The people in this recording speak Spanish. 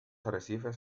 arrecifes